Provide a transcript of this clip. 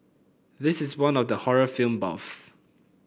this is one for the horror film buffs